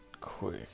quick